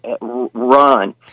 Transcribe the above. run